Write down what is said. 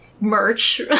merch